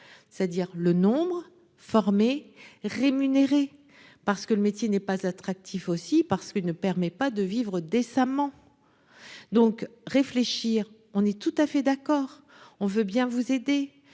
c'est-à-dire le nombre formés rémunérés parce que le métier n'est pas attractif aussi parce que ne permet pas de vivre décemment, donc réfléchir, on est tout à fait d'accord, on veut bien vous aider,